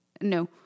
no